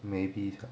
maybe